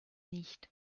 nicht